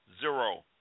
Zero